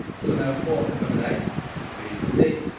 so now a fourth above an a would be a d.